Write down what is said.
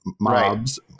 mobs